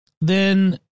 Then-